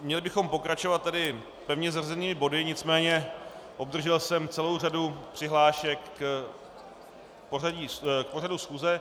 Měli bychom pokračovat tedy pevně zařazenými body, nicméně obdržel jsem celou řadu přihlášek k pořadu schůze.